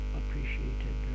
appreciated